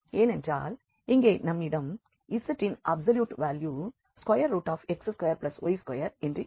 ஏனென்றால் இங்கே நம்மிடம் z இன் அப்சல்யூட் வால்யூ x2y2 என்று இருக்கும்